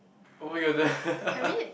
oh my god the